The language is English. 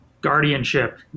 Guardianship